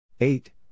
Eight